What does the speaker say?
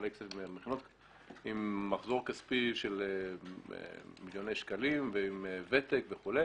מכינות עם מחזור כספי של מיליוני שקלים וכולי,